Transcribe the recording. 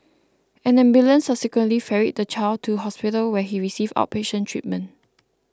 an ambulance subsequently ferried the child to hospital where he received outpatient treatment